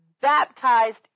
baptized